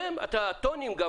הטונים,